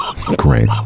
great